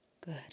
Good